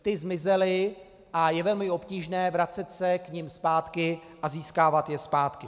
Ty zmizely a je velmi obtížné vracet se k nim zpátky a získávat je zpátky.